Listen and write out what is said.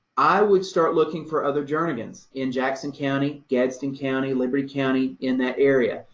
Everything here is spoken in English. i would start looking for other jernigans in jackson county, gadsden county, liberty county, in that area,